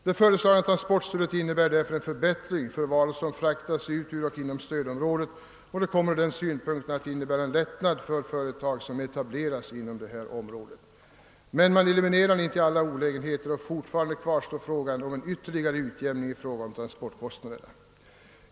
Det föreslagna transportstödet innebär därför en förbättring för varor som fraktas ut ur och in i stödområdet och kommer från den synpunkten att innebära en lättnad för de företag som etablerats inom detta område. Men man eliminerar inte alla olägenheter. Fortfarande kvarstår frågan om en ytterligare utjämning av transportkostnaderna.